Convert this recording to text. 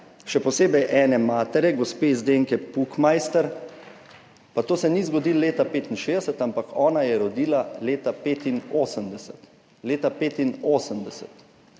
še posebej ene matere, gospe Zdenke Pukmeister, pa to se ni zgodilo leta 1965, ampak ona je rodila leta 1985, leta 1985,